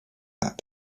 that